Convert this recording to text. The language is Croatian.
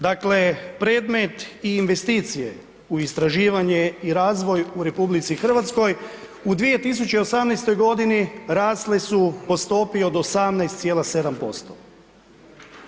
Dakle, predmet i investicije u istraživanje i razvoj u RH u 2018. godini rasle su po stopi od 18,7%